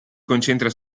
concentra